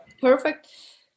perfect